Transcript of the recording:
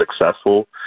successful